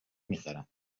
میخرم